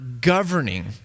governing